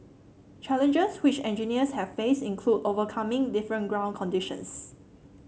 challenges which engineers have faced include overcoming different ground conditions